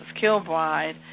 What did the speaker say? Kilbride